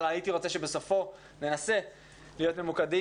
אבל הייתי רוצה שבסופו ננסה להיות ממוקדים